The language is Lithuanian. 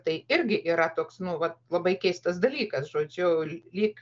tai irgi yra toks nu vat labai keistas dalykas žodžiu lyg